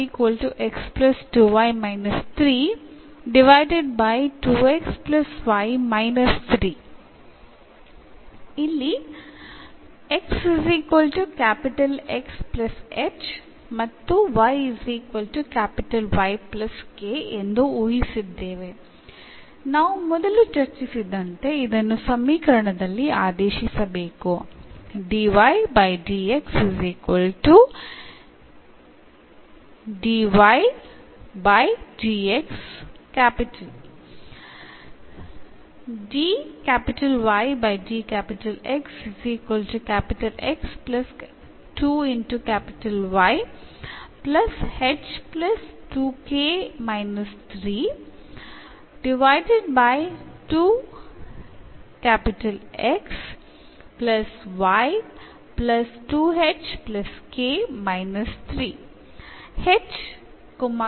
ഇവിടെ നമ്മൾ എന്ന് അനുമാനിക്കുകയും മുമ്പ് ചർച്ച ചെയ്തതുപോലെ സമവാക്യത്തിൽ സബ്സ്റ്റിറ്റ്യൂട്ട് ചെയ്യുകയും ചെയ്യുന്നു